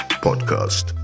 Podcast